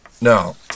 No